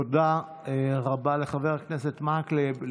תודה רבה לחבר הכנסת מקלב.